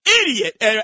idiot